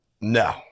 No